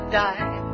die